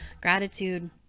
Gratitude